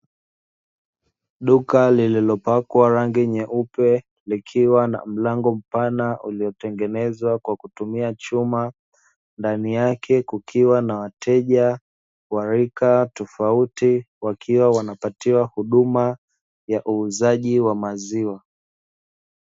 Duka lililopakwa rangi nyeupe, likiwa na mlango mpana uliotengenezwa kwa kutumia chuma, ndani yake kukiwa na wateja wa rika tofauti, wakiwa wanapatiwa huduma ya uuzaji wa maziwa.